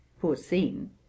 foreseen